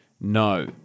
no